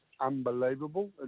unbelievable